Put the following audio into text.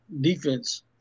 Defense